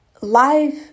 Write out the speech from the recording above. Life